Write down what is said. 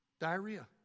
Diarrhea